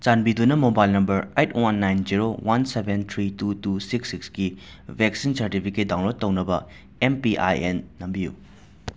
ꯆꯥꯟꯕꯤꯗꯨꯅ mobile number eight one nine zero one seven three two two six ꯁꯤꯛꯁꯀꯤ vaccine certificate download ꯇꯧꯅꯕ M P I N ꯅꯝꯕꯤꯌꯨ